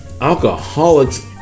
Alcoholics